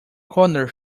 corner